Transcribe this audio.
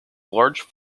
large